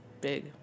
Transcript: big